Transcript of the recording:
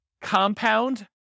compound